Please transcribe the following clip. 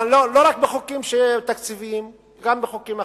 לא רק בחוקים תקציביים, גם בחוקים אחרים.